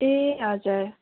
ए हजुर